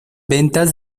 ventas